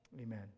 Amen